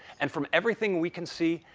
and from everything we can see,